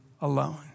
alone